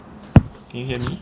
can you hear me